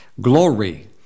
Glory